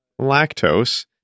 lactose